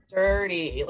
dirty